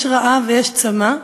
יש רעב ויש צמא,